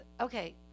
okay